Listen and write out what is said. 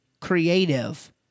creative